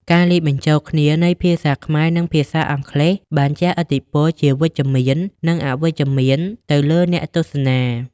ការលាយបញ្ចូលគ្នានៃភាសាខ្មែរនិងភាសាអង់គ្លេសបានជះឥទ្ធិពលជាវិជ្ជមាននិងអវិជ្ជមានទៅលើអ្នកទស្សនា។